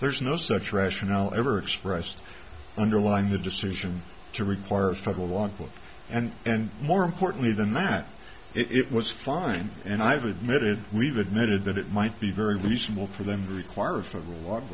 there's no such rationale ever expressed underlying the decision to require a federal law clerk and and more importantly than that it was fine and i've admitted we've admitted that it might be very reasonable for them to require a federal